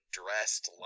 dressed